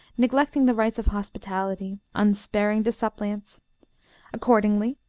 neglecting the rights of hospitality, unsparing to suppliants accordingly,